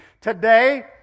today